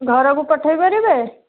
ଘରକୁ ପଠାଇ ପାରିବେ